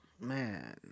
Man